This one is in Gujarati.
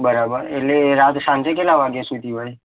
બરાબર એટલે રાત સાંજે કેટલા વાગ્યા સુધી હોય